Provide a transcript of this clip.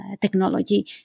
technology